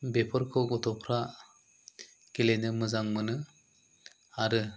बेफोरखौ गथ'फ्रा गेलेनो मोजां मोनो आरो